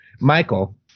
Michael